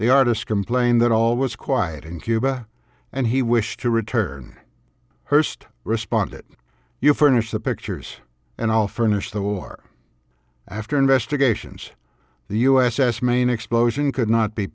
the artist complained that all was quiet in cuba and he wished to return her staff responded you furnish the pictures and i'll furnish the war after investigations the u s s maine explosion could not be